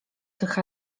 tych